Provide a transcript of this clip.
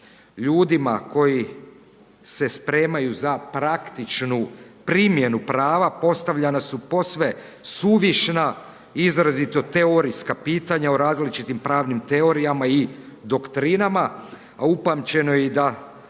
Ljudima koji se spremaju za praktičku primjenu prava postavljana su posve suvišna i izrazito teorijska pitanja o različitim pravnim teorijama i doktrinama. A upamćeno je i da